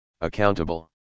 accountable